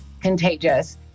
contagious